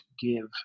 give